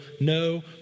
no